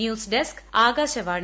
news desk Akashvani